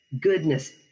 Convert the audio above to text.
goodness